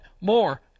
More